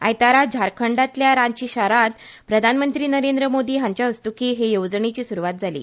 आयतारा झारखंडातल्या रांची शारांत प्रधानमंत्री नरेंद्र मोदी हांच्या हस्तुकीं हे येवजणेची सुरवात जाली